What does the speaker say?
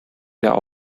der